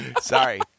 Sorry